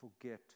forget